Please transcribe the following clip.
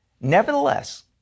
Nevertheless